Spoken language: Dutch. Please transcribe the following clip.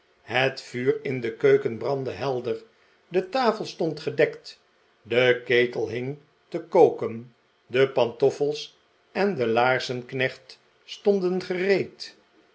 het vuur in de keuken brandde helder de tafel stond gedekt de ketel hing te koken de pantoffels en de laarzenknecht stonden gereed